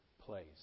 place